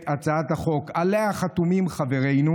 את הצעת החוק שעליה חתומים חברינו: